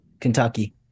Kentucky